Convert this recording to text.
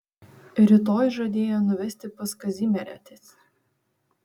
rytoj žadėjo nuvesti pas kazimierietes